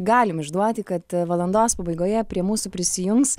galim išduoti kad valandos pabaigoje prie mūsų prisijungs